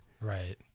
Right